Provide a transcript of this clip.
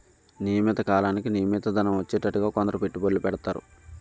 నియమిత కాలానికి నియమిత ధనం వచ్చేటట్టుగా కొందరు పెట్టుబడులు పెడతారు